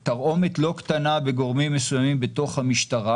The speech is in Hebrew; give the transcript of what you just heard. גם תרעומת לא קטנה בגורמים מסוימים בתוך המשטרה.